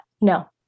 No